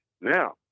Now